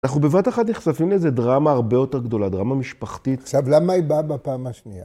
אנחנו בבת אחד נחשפים לאיזה דרמה הרבה יותר גדולה, דרמה משפחתית. עכשיו, למה היא באה בפעם השנייה?